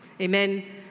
Amen